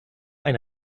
ein